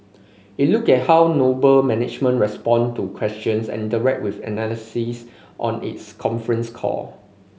it looked at how Noble management responded to questions and interacted with analysis on its conference call